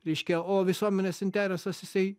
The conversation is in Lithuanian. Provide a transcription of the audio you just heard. reiškia o visuomenės interesas jisai